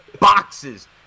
boxes